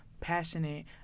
passionate